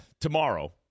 Tomorrow